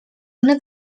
una